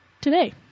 today